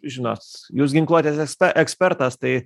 žinot jūs ginkluotės espe ekspertas tai